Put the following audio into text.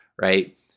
right